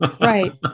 Right